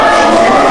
אז מה,